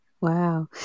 wow